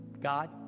God